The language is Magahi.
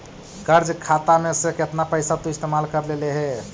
कर्ज खाता में से केतना पैसा तु इस्तेमाल कर लेले हे